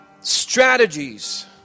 strategies